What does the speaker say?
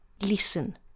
Listen